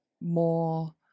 more